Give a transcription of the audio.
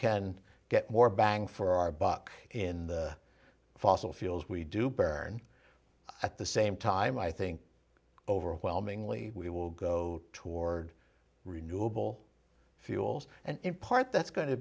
can get more bang for our buck in the fossil fuels we do baron i thought the same time i think overwhelmingly we will go toward renewable fuels and in part that's go